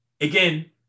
again